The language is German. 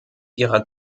ihrer